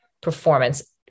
performance